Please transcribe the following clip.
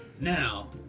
Now